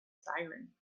siren